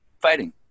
fighting